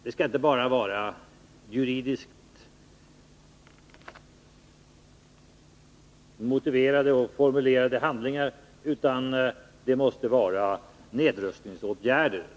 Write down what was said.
Det skall inte bara vara fråga om juridiskt välformulerade garantier. Det måste röra sig om nedrustningsåtgärder.